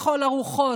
לכל הרוחות,